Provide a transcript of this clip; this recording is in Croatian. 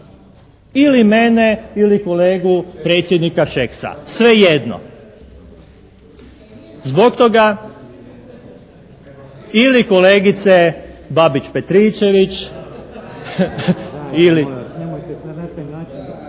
Ili mene ili kolegu predsjednika Šeksa? Svejedno. Zbog toga ili kolegice Babić Petričević ili…